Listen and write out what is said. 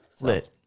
Lit